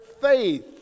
faith